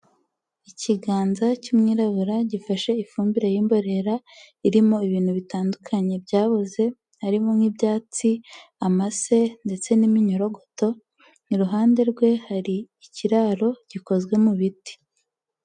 Ikiganza cy'umwirabura gifashe ifumbire y'imborera irimo ibintu bitandukanye byaboze; harimo nk'ibyatsi, amase, ndetse n'iminyorogoto. Iruhande rwe hari ikiraro gikozwe mu biti.